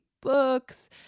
books